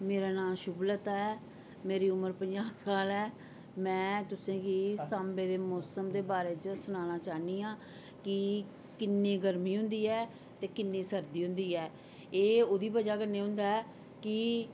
मेरा नां शुभलता ऐ मेरी उम्र पंजाह् साल ऐ मैं तुसेंगी साम्बे दे मौसम दे बारे च सनाना चाहन्नी आं कि किन्नी गर्मी हुंदी ऐ ते किन्नी सर्दी हुंदी ऐ एह् ओह्दी वजह कन्नै होंदा ऐ कि